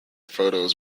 photos